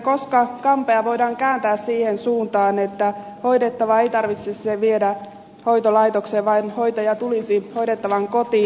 koska kampea voidaan kääntää siihen suuntaan että hoidettavaa ei tarvitsisi viedä hoitolaitokseen vaan hoitaja tulisi hoidettavan kotiin